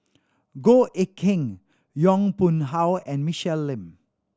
Goh Eck Kheng Yong Pung How and Michelle Lim